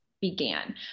began